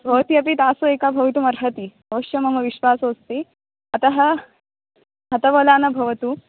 भवती अपि तासु एका भवितुमर्हति अवश्यं मम विश्वासो अस्ति अतः हतवला न भवतु